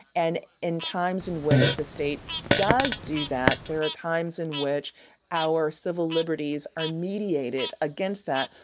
and in times in which the state does do that, there are times in which our civil liberties are mediated against that.